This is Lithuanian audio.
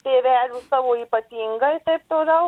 tėvelių savo ypatingai taip toliau